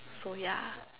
so yeah